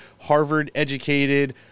Harvard-educated